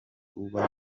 uba